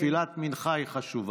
תפילת מנחה היא חשובה.